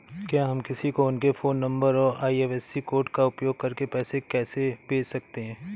क्या हम किसी को उनके फोन नंबर और आई.एफ.एस.सी कोड का उपयोग करके पैसे कैसे भेज सकते हैं?